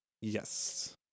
Yes